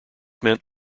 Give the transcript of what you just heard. meant